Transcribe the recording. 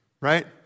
right